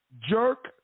Jerk